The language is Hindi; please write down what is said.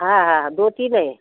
हाँ हाँ दो तीन हैं